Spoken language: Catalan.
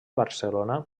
barcelona